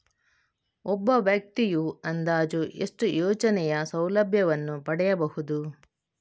ಒಬ್ಬ ವ್ಯಕ್ತಿಯು ಅಂದಾಜು ಎಷ್ಟು ಯೋಜನೆಯ ಸೌಲಭ್ಯವನ್ನು ಪಡೆಯಬಹುದು?